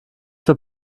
zur